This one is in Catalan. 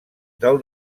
del